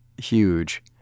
huge